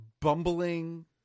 bumbling